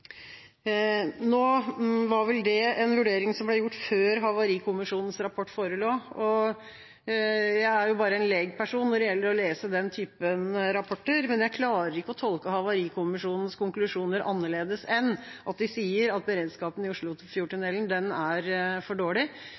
Nå var vel det en vurdering som ble gjort før Havarikommisjonens rapport forelå. Jeg er bare en legperson når det gjelder å lese den typen rapporter, men jeg klarer ikke å tolke Havarikommisjonens konklusjoner annerledes enn at de sier at beredskapen i Oslofjordtunnelen er for dårlig.